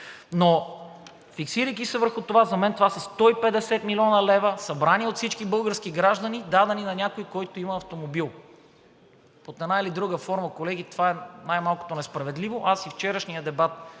Фиксирайки се върху това, за мен това са 150 млн. лв., събрани от всички български граждани и дадени на някой, който има автомобил, а под една или друга форма, колеги, това е най-малкото несправедливо. Аз и вчерашния дебат